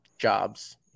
jobs